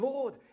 Lord